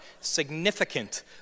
significant